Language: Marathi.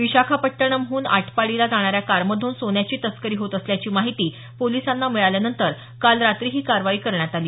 विशाखापट्टणमहून आटपाडीला जाणाऱ्या कारमधून सोन्याची तस्करी होत असल्याची माहिती पोलिसांना मिळाल्यानंतर काल रात्री ही कारवाई करण्यात आली